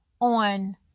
on